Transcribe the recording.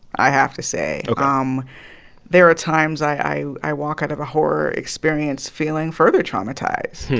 i have to say. ah um there are times i i walk out of a horror experience feeling further traumatized,